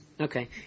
Okay